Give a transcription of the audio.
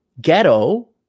Ghetto